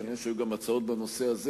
כנראה היו גם הצעות בנושא הזה,